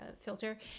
filter